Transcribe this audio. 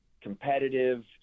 competitive